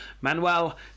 manuel